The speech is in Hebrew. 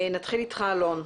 נתחיל איתך אלון.